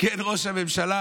מסכן ראש הממשלה,